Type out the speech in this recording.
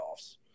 playoffs